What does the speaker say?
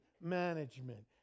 management